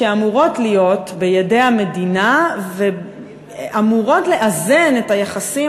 שאמורות להיות בידי המדינה ואמורות לאזן את היחסים